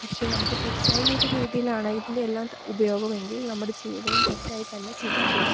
പക്ഷെ നമുക്കു തെറ്റായ ഒരു രീതിയിലാണ് ഇതിൻ്റെ എല്ലാം ഉപയോഗമെങ്കിൽ നമ്മുടെ ജീവിതവും തെറ്റായിത്തന്നെ പോകും